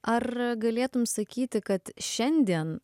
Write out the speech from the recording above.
ar galėtum sakyti kad šiandien